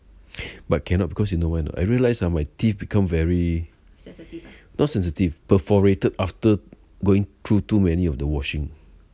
but cannot because you know why not I realized ah my teeth become very not sensitive perforated after going through too many of the washing